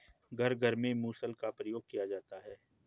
घर घर में मुसल का प्रयोग किया जाता है